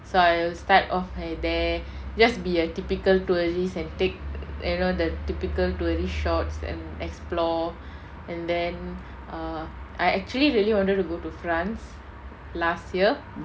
so I'll start off at there just be a typical tourist and take the you know the typical tourist shots and explore and then err I actually really wanted to go to france last year